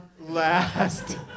last